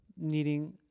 needing